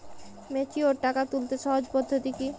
Mature টাকা তুলতে সহজ পদ্ধতি কি?